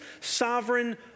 sovereign